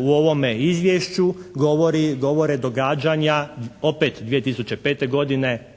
u ovome izvješću govore događanja opet 2005. godine,